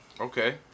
Okay